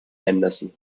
anderson